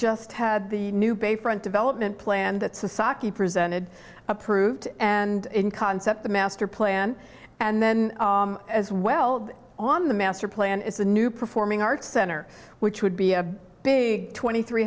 just had the new bayfront development plan that's a saki presented approved and in concept the master plan and then as well on the master plan is the new performing arts center which would be a big twenty three